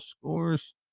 scores